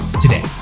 today